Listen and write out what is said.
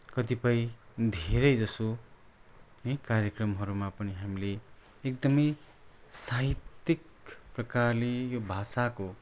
कतिपय धेरै जसो है कार्यक्रमहरूमा पनि हामीले एकदमै साहित्यिक प्रकारले यो भाषाको